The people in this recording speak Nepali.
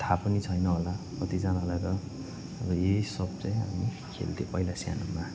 थाहा पनि छैन होला कतिजनालाई त र यी सब चाहिँ हामी खेल्थ्यौँ पहिला सानोमा